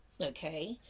okay